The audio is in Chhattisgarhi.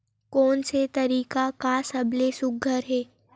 कोन से तरीका का सबले सुघ्घर हे?